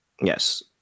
Yes